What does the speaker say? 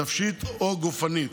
נפשית או גופנית,